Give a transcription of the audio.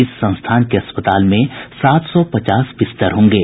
इस संस्थान के अस्पताल में सात सौ पचास बिस्तर होंगे